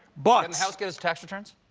but the house get his tax returns?